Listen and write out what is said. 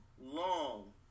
long